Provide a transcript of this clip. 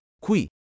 Qui